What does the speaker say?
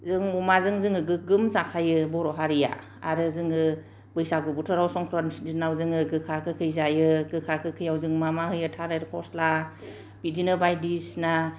जों अमाजों जोङो गोगोम जाखायो बर' हारिया आरो जोङो बैसागु बोथोराव संख्रान्थि दिनाव जोङो गोखा गोखै जायो गोखा गोखैयाव जों मा मा होयो थालिर फस्ला बिदिनो बायदिसिना